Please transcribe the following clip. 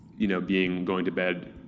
you know being going to bed